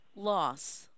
Loss